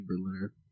Berliner